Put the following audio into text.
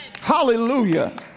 Hallelujah